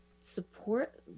support